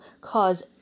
Cause